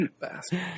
bastard